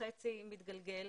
ששנתיים מתגלגל